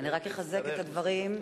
ואם נצטרך נוסיף לך דקה.